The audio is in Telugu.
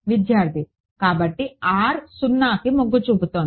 విద్యార్థి కాబట్టి r 0కి మొగ్గు చూపుతోంది